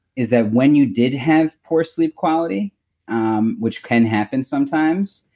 is that when you did have poor sleep quality um which can happen sometimes,